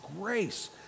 grace